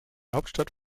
hauptstadt